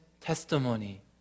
testimony